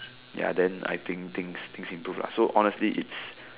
ya then I think things things improve lah so honestly it's